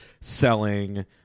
selling